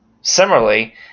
Similarly